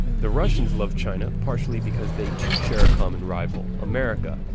the russian's love china partially because they too share a common rival america,